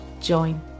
join